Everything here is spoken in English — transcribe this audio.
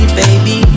baby